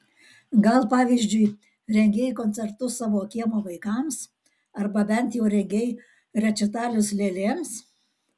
gal pavyzdžiui rengei koncertus savo kiemo vaikams arba bent jau rengei rečitalius lėlėms